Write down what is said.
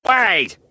Wait